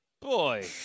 Boy